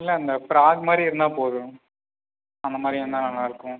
இல்லை அந்த ஃபிராக் மாதிரி இருந்தால் போதும் அந்த மாதிரி இருந்தால் நல்லாருக்கும்